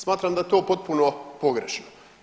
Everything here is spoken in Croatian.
Smatra da je to potpuno pogrešno.